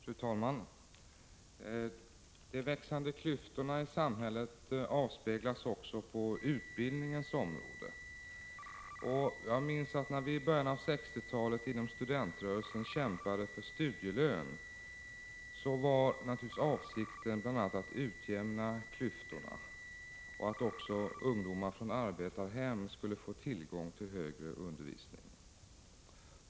Fru talman! De växande klyftorna i samhället avspeglas också på utbildningens område. Jag minns att när vi i början av av 1960-talet inom studentrörelsen kämpade för studielön var avsikten bl.a. att utjämna klyftorna, att åstadkomma att också ungdomar från arbetarhem skulle få tillgång till högre undervisning.